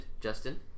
Justin